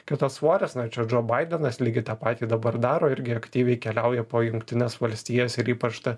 kitas svoris na čia džo baidenas lygiai tą patį dabar daro irgi aktyviai keliauja po jungtines valstijas ir ypač ta